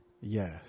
Yes